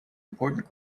important